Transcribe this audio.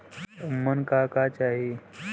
उमन का का चाही?